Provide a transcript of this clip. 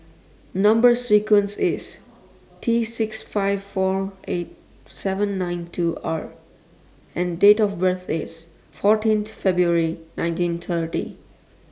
Number sequence IS T six five four eight seven nine two R and Date of birth IS fourteen February nineteen thirty